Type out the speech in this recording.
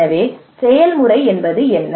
எனவே செயல்முறை என்ன